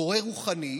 מורה רוחני,